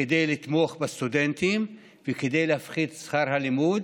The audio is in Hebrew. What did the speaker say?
כדי לתמוך בסטודנטים וכדי להפחית את שכר הלימוד.